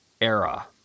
era